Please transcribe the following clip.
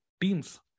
teams